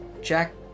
Jack